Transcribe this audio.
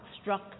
struck